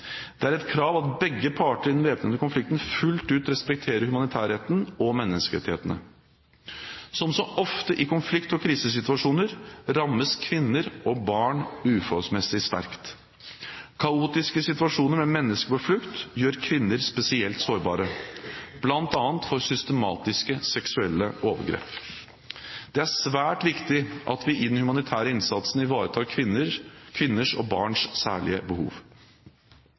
Det er et krav at begge parter i den væpnede konflikten fullt ut respekterer humanitærretten og menneskerettighetene. Som så ofte i konflikt- og krisesituasjoner rammes kvinner og barn uforholdsmessig sterkt. Kaotiske situasjoner med mennesker på flukt gjør kvinner spesielt sårbare, bl.a. for systematiske seksuelle overgrep. Det er svært viktig at vi i den humanitære innsatsen ivaretar kvinners og barns særlige behov.